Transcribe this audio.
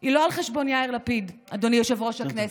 היא לא על חשבון יאיר לפיד, אדוני יושב-ראש הכנסת,